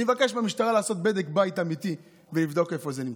אני מבקש מהמשטרה לעשות בדק בית אמיתי ולבדוק איפה זה נמצא.